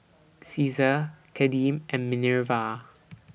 Caesar Kadeem and Minerva